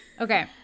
Okay